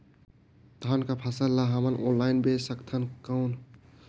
धान कर फसल ल हमन ऑनलाइन बेच सकथन कौन?